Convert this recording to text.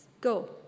go